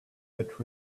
but